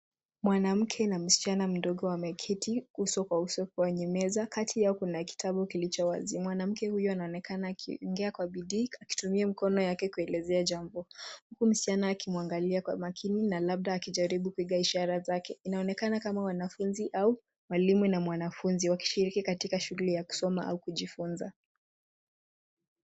Mwanamke na msichana mdogo wameketi uso kwa uso kwenye meza. Kati yao kuna kitabu kilicho wazi, mwanamake huyo anaonekana akiongea kwa bidii akitumia mkono yake kuelezea jambo huu msichana akimwangalia kwa makini na labda akijaribu kupiga ishara zake, inaonekana kama wanafunzi au mwalimu na mwanafunzi wakishiriki katika shughuli ya kusoma au kujifunza.